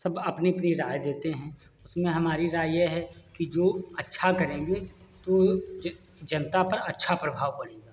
सब अपनी अपनी राय देते हैं उसमे हमारी राय यह है कि जो अच्छा करेंगे तो जनता पर अच्छा प्रभाव पड़ेगा